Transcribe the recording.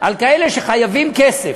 על כאלה שחייבים כסף,